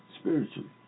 Spiritually